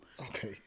Okay